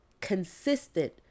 consistent